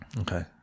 Okay